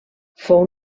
fou